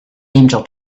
angel